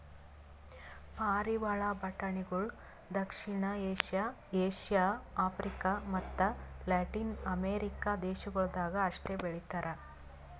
ಪಾರಿವಾಳ ಬಟಾಣಿಗೊಳ್ ದಕ್ಷಿಣ ಏಷ್ಯಾ, ಏಷ್ಯಾ, ಆಫ್ರಿಕ ಮತ್ತ ಲ್ಯಾಟಿನ್ ಅಮೆರಿಕ ದೇಶಗೊಳ್ದಾಗ್ ಅಷ್ಟೆ ಬೆಳಿತಾರ್